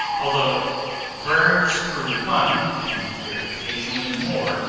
although burns through one, and very occasionally more,